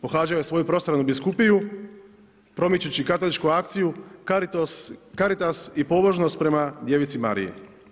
Pohađao je svoju prostranu biskupiju promičući katoličku akciju, Caritas i pobožnost prema djevici Mariji.